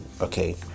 okay